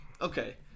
Okay